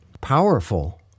powerful